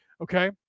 okay